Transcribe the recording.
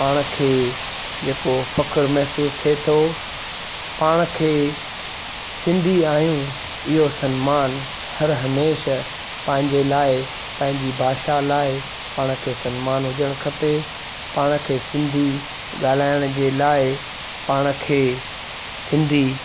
पाण खे जेको फ़खुरु महिसूसु थिए थो पाण खे सिंधी आहियूं इहो सन्मान हर हमेशह पंहिंजे लाइ पंहिंजी भाषा लाइ पाण खे सन्मान हुजणु खपे पाण खे सिंधी ॻाल्हायण जे लाइ पाण खे सिंधी